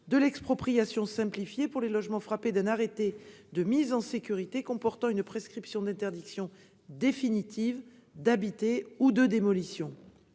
de l'expropriation simplifiée pour les logements frappés d'un arrêté de mise en sécurité comportant une prescription d'interdiction définitive d'habiter ou de démolition.